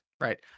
right